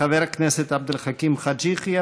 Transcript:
חבר הכנסת עבד אל חכים חאג' יחיא,